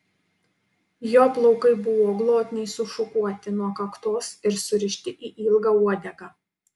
jo plaukai buvo glotniai sušukuoti nuo kaktos ir surišti į ilgą uodegą